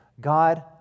God